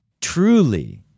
truly